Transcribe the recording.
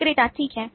विक्रेता ठीक है